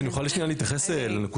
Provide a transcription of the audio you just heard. אם אני אוכל שנייה להתייחס לנקודה.